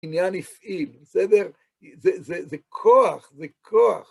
בניין "הפעיל", בסדר? זה כוח, זה כוח.